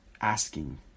asking